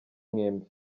mwembi